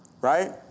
Right